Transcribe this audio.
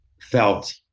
felt